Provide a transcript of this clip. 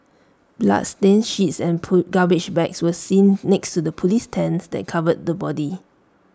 bloodstained sheets and garbage bags were seen next to the Police tents that covered the body